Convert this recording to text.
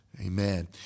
Amen